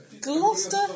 Gloucester